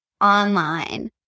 online